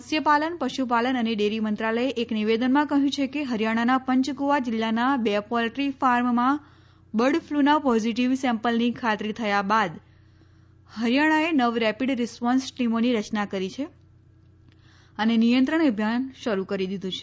મત્સ્યપાલન પશુપાલન અને ડેરી મંત્રાલયે એક નીવેદનમાં કહયું છે કે હરિયાણાના પંચકુલા જીલ્લાના બે પોલ્ટ્રી ફાર્મમાં બર્ડ ફલુના પોઝીટીવ સેમ્પલની ખાતરી થયા બાદ હરિયાણાએ નવ રેપીડ રીસ્પોન્સ ટીમોની રચના કરી છે અને નિયંત્રણ અભિયાન શરૂ કરી દીધુ છે